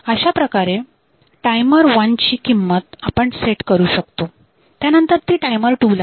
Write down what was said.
अशाप्रकारे टायमर वनची किंमत आपण सेट करू शकतो त्यानंतर ती टायमर 2 ला जाते